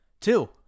Two